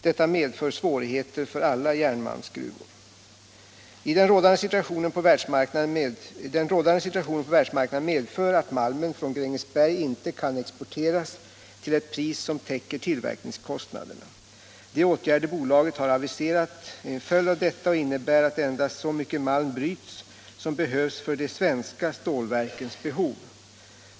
Detta medför svårigheter för alla järnmalmsgruvor. Den rådande situationen på världsmarknaden medför att malmen från Grängesberg inte kan exporteras till ett pris som täcker tillverkningskostnaderna. De åtgärder bolaget har aviserat är en följd av detta och innebär att endast så mycket malm bryts som behövs för de svenska stålverkens behov.